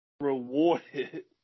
rewarded